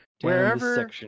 Wherever